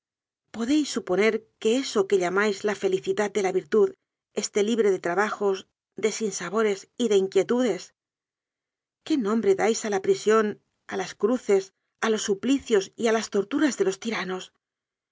podéis suponer que eso que llamáis la felicidad de la virtud esté libre de trabajos de sinsabores y de inquietudes qué nombre dais a la prisión a las cruces a los supli cios y a las torturas de los tiranos